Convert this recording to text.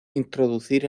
introducir